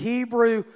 Hebrew